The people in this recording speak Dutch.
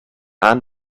aan